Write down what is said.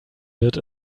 wird